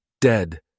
dead